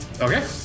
Okay